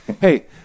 Hey